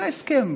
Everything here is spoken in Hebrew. זה הסכם,